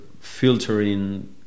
filtering